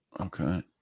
Okay